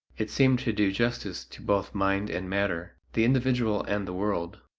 it seemed to do justice to both mind and matter, the individual and the world.